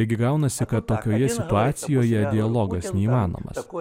taigi gaunasi kad tokioje situacijoje dialogas įmanomas kuo